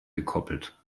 gekoppelt